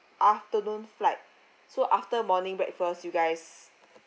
afternoon flight so after morning breakfast you guys